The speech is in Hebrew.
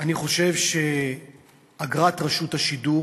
אני חושב שאגרת רשות השידור